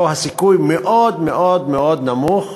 הסיכוי מאוד מאוד מאוד נמוך